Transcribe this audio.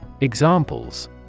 Examples